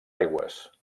aigües